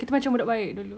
kita macam budak baik dulu